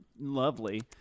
lovely